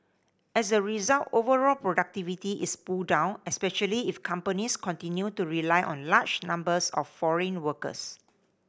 as a result overall productivity is pulled down especially if companies continue to rely on large numbers of foreign workers